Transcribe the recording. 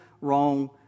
wrong